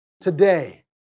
Today